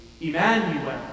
Emmanuel